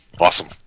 Awesome